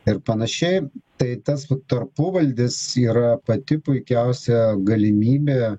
ir panašiai tai tas tarpuvaldis yra pati puikiausia galimybė